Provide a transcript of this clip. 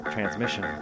Transmission